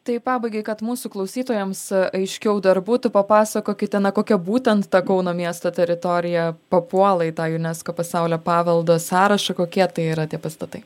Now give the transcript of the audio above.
tai pabaigai kad mūsų klausytojams aiškiau dar būtų papasakokite kokia būtent ta kauno miesto teritorija papuola į tą junesko pasaulio paveldo sąrašą kokie tai yra tie pastatai